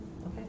Okay